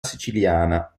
siciliana